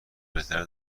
بهتر